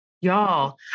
Y'all